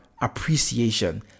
appreciation